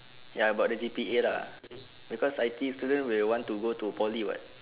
ya about the G_P_A lah because I_T_E student will want to go poly [what]